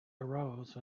arose